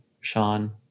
Sean